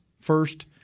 first –